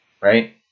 right